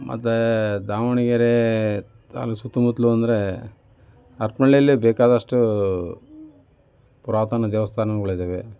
ಮತ್ತು ದಾವಣಗೆರೆ ತಾಲ್ಲೂಕು ಸುತ್ತಮುತ್ತಲೂ ಅಂದರೆ ಬೇಕಾದಷ್ಟು ಪುರಾತನ ದೇವಸ್ಥಾನಗಳಿದ್ದಾವೆ